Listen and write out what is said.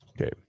Okay